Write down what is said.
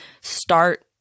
start